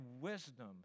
wisdom